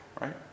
right